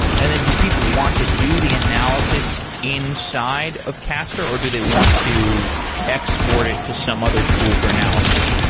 and then do people want to do the analysis inside of castor, or do they want to export it to some other tool for analysis?